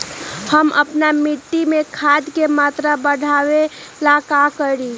हम अपना मिट्टी में खाद के मात्रा बढ़ा वे ला का करी?